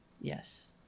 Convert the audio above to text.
Yes